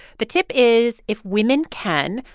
the tip is, if women can,